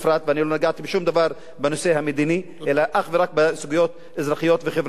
ולא נגעתי בשום דבר בנושא המדיני אלא אך ורק בסוגיות אזרחיות וחברתיות,